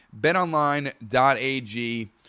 betonline.ag